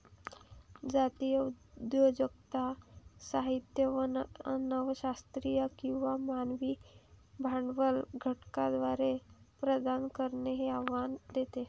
जातीय उद्योजकता साहित्य नव शास्त्रीय किंवा मानवी भांडवल घटकांद्वारे प्रदान करणे हे आव्हान देते